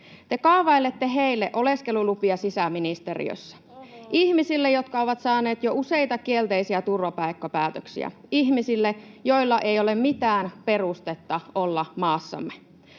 Te kaavailette heille oleskelulupia sisäministeriössä, ihmisille, jotka ovat saaneet jo useita kielteisiä turvapaikkapäätöksiä, ihmisille, joilla ei ole mitään perustetta olla maassamme.